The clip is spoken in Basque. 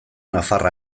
nafar